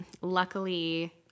Luckily